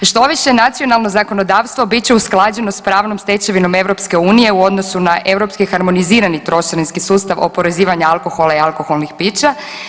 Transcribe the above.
Štoviše, nacionalno zakonodavstvo bit će usklađeno sa pravnom stečevinom EU u odnosu na europski harmonizirani trošarinski sustav oporezivanja alkohola i alkoholnih pića.